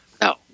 No